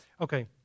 Okay